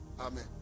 Amen